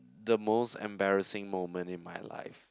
the most embarrassing moment in my life